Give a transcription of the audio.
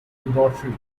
laboratory